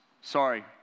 Sorry